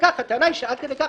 הטענה היא שעד כדי כך,